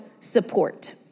support